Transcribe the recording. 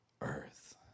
earth